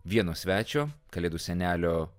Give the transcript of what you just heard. vieno svečio kalėdų senelio